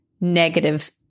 negative